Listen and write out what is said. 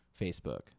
Facebook